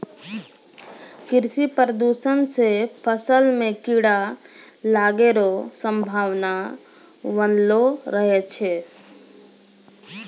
कृषि प्रदूषण से फसल मे कीड़ा लागै रो संभावना वनलो रहै छै